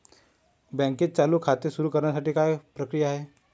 बँकेत चालू खाते सुरु करण्यासाठी काय प्रक्रिया आहे?